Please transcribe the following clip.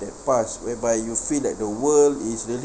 that path whereby you feel that the world is really